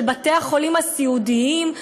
של בתי-החולים הסיעודיים,